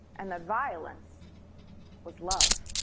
and that violence was love.